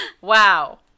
Wow